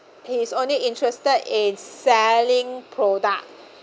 he's only interested in selling product